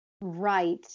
Right